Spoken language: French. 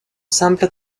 simple